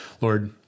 Lord